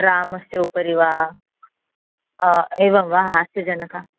रामस्य उपरि वा एवं वा हास्यजनका